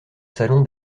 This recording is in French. salon